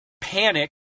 panic